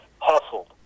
hustled